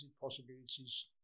possibilities